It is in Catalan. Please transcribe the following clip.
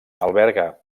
alberga